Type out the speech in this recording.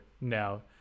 now